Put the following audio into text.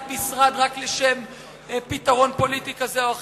משרד רק לשם פתרון פוליטי כזה או אחר.